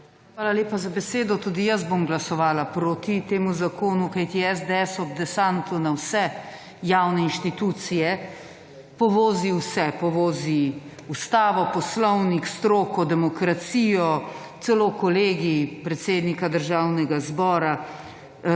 Hvala lepa za besedo. Tudi jaz bom glasovala proti temu zakonu, kajti SDS ob desantu na vse javne inštitucije povozi vse, povozi Ustavo, Poslovnik, stroko, demokracijo, celo kolegij predsednika Državnega zbora,